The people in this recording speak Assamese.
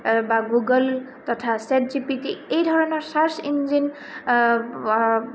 বা গুগল তথা চেটজিপিটি এই ধৰণৰ ছাৰ্চ ইঞ্জিন